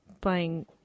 playing